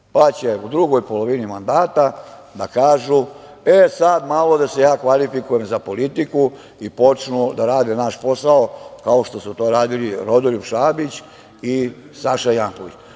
pa će u drugoj polovini mandata da kažu – e, sad malo da se ja kvalifikujem za politiku i počnu da rade naš posao kao što su to radili Rodoljub Šabić i Saša Janković. Posebno